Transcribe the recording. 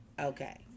Okay